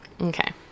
Okay